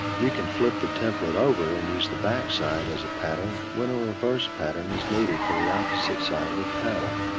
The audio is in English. you can flip the template over and use the backside as a pattern when a reverse pattern is needed for the opposite side of a pedal.